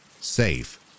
Safe